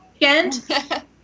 weekend